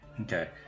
Okay